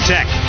Tech